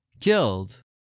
killed